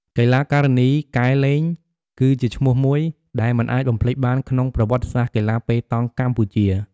កីឡាការិនី កែ ឡេង គឺជាឈ្មោះមួយដែលមិនអាចបំភ្លេចបានក្នុងប្រវត្តិសាស្ត្រកីឡាប៉េតង់កម្ពុជា។